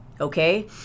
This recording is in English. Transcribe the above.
okay